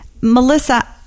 Melissa